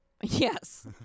Yes